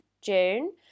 June